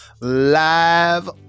live